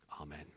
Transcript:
amen